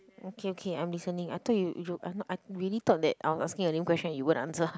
okay okay I'm listening I thought you you I I really thought that I was asking a lame question you wouldn't answer